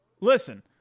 listen